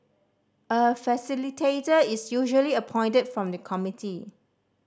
a facilitator is usually appointed from the committee